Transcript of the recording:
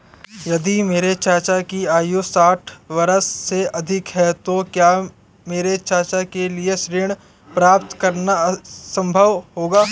यदि मेरे चाचा की आयु साठ वर्ष से अधिक है तो क्या मेरे चाचा के लिए ऋण प्राप्त करना संभव होगा?